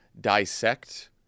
dissect